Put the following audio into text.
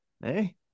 Hey